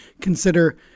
consider